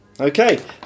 Okay